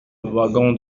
wagon